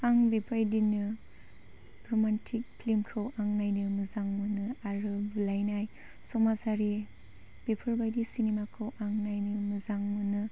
आं बेबायदिनो रमान्टिक फिल्मखौ आं नायनो मोजां मोनो आरो बुलायनाय समाजारि बेफोरबायदि सिनेमाखौ आं नायनो मोजां मोनो